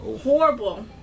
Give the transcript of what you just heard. horrible